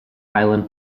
island